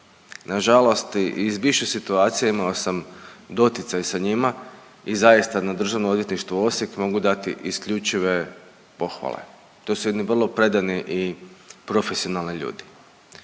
Nažalost, iz više situacija imao samo doticaj sa njima i zaista na Državno odvjetništvo Osijek mogu dat isključive pohvale, to su jedni vrlo predani i profesionalni ljudi.